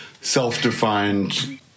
self-defined